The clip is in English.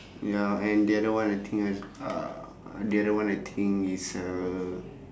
ya and the other one I think is uh the other one I think is uh